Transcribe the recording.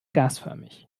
gasförmig